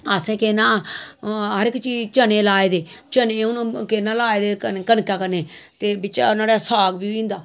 असें केह् नां हर इक चीज चने लाए दे चने हून केह् नां लाए दे कनका कन्ने ते बिच्चा नोहाड़ै साग बी होई जंदा